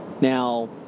Now—